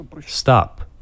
stop